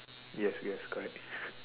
yes yes correct